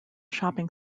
shopping